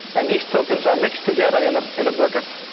and these tokens are mixed together in ah in a bucket.